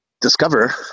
discover